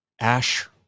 ash